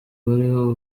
bariho